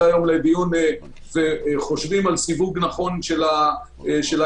היום לדיון וחושבים על סיווג נכון של העניין,